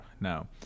now